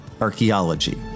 archaeology